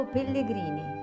Pellegrini